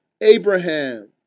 Abraham